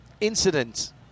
incidents